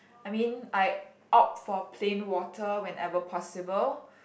I mean I opt for plain water whenever possible